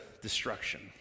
destruction